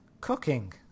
cooking